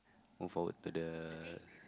move forward to the